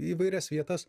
įvairias vietas